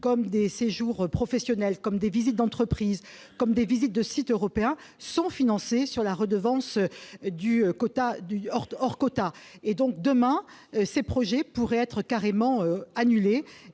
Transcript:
comme les séjours professionnels, les visites d'entreprises ou les visites de sites européens sont financés sur la redevance « hors quota ». Demain, ces projets pourraient être purement et